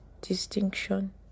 distinction